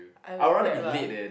I will Grab lah